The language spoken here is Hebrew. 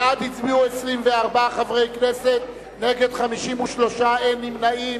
בעד הצביעו 24 חברי כנסת, נגד, 53, אין נמנעים.